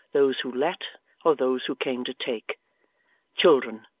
those who let or those who came to take children,